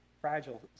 fragile